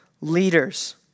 leaders